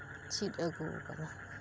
ᱪᱮᱫ ᱟᱹᱜᱩᱣ ᱠᱟᱫᱟ